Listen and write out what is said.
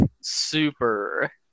super